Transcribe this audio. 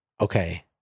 Okay